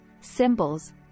symbols